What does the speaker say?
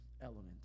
element